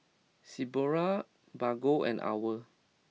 Sephora Bargo and Owl